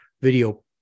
video